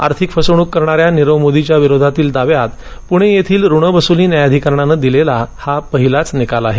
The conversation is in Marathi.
आर्थिक फसवणूक करणाऱ्या नीरव मोदीच्या विरोधातील दाव्यात पुणे येथील ऋण वसूली न्यायाधिकरणाने दिलेला हा पहिलाच निकाल आहे